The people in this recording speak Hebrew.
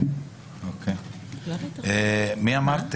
מי אמרת